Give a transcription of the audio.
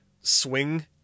swing